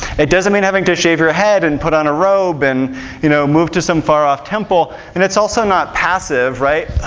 it doesn't mean having to shave your head, and put on a robe, and you know move to some far off temple. and it's also not passive, right?